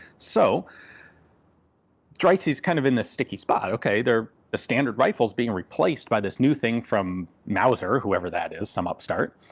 so dreyse's kind of in this sticky spot, ok, the standard rifle's being replaced by this new thing from mauser, whoever that is, some upstart.